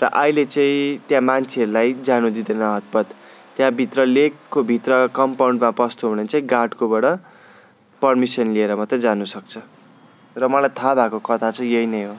र अहिले चाहिँ त्यहाँ मान्छेहरूलाई जानु दिँदैन हत्तहत्त त्यहाँभित्र लेकको भित्र कम्पाउन्डमा पस्नु हो भने चाहिँ गार्डकोबाट पर्मिसन लिएर मात्रै जानु सक्छ र मलाई थाहा भएको कथा चाहिँ यही नै हो